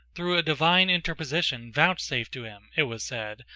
through a divine interposition vouchsafed to him, it was said,